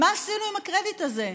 מה עשינו עם הקרדיט הזה?